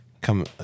come